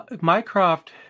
Mycroft